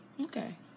Okay